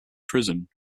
prison